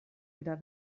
wieder